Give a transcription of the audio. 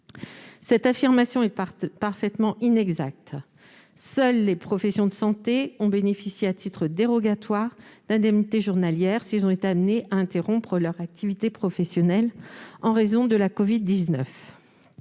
Cette affirmation est parfaitement inexacte : seules les professions de santé ont bénéficié, à titre dérogatoire, d'indemnités journalières si elles ont été amenées à interrompre leur activité professionnelle en raison de la covid-19.